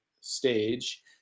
stage